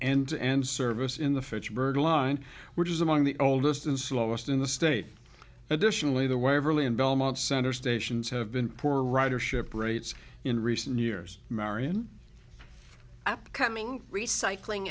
and service in the fitchburg line which is among the oldest and slowest in the state additionally the waverley and belmont center stations have been poor ridership rates in recent years marion upcoming recycling